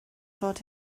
fod